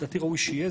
ולדעתי ראוי שיהיה,